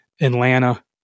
Atlanta